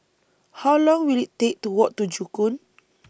How Long Will IT Take to Walk to Joo Koon